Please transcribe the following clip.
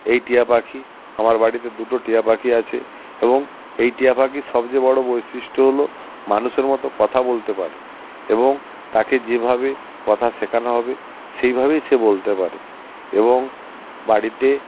এই টিয়া পাখি আমার বাড়িতে দুটো টিয়া পাখি আছে এবং এই টিয়া পাখির সবচেয়ে বড় বৈশিষ্ট্য হল মানুষের মতো কথা বলতে পারে এবং তাকে যেভাবে কথা শেখানো হবে সেই ভাবেই সে বলতে পারে এবং বাড়িতে